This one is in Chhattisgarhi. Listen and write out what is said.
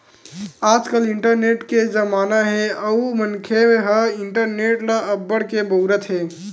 आजकाल इंटरनेट के जमाना हे अउ मनखे ह इंटरनेट ल अब्बड़ के बउरत हे